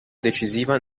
decisiva